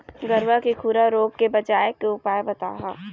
गरवा के खुरा रोग के बचाए के उपाय बताहा?